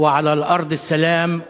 ועלא אל-ארץ' א-סלאם,